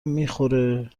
میخوره